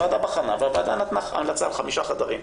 הוועדה בחנה ונתנה המלצה על חמישה חדרים.